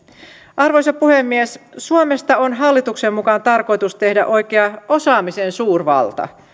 arvoisa puhemies suomesta on hallituksen mukaan tarkoitus tehdä oikea osaamisen suurvalta